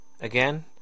Again